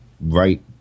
right